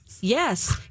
Yes